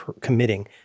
committing